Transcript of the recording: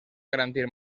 garantir